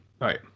right